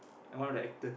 I'm one of the actor